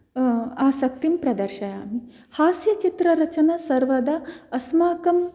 आसक्तिं प्रदर्शयामि हास्यचित्ररचना सर्वदा अस्माकं